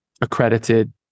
accredited